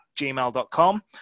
gmail.com